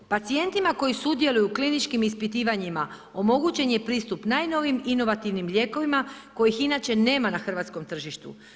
Pacijentima koji sudjeluju u kliničkim ispitivanjima omogućen je pristup najnovijim inovativnim lijekovima kojih inače nema na hrvatskom tržištu.